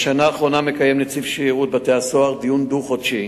בשנה האחרונה מקיים נציב שירות בתי-הסוהר דיון דו-חודשי